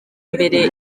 mbere